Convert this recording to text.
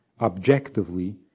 objectively